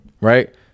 right